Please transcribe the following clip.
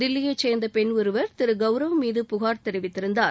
தில்லினயச் சேர்ந்த பெண் ஒருவர் திரு கவரவ் மீது புனர் தெரிவித்திருந்தார்